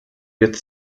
wird